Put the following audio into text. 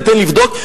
ניתן לבדוק?